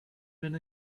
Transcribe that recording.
been